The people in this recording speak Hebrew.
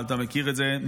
אבל אתה מכיר את זה,